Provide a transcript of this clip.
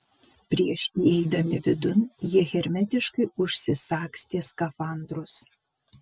prieš įeidami vidun jie hermetiškai užsisagstė skafandrus